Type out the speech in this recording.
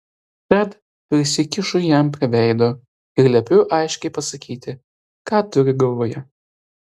tad prisikišu jam prie veido ir liepiu aiškiai pasakyti ką turi galvoje